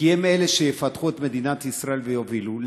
כי הם אלה שיפתחו את מדינת ישראל ויובילו.